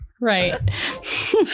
right